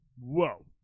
whoa